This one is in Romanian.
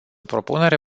propunere